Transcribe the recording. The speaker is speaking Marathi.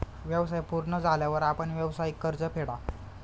व्यवसाय पूर्ण झाल्यावर आपण व्यावसायिक कर्ज फेडा